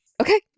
okay